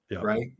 Right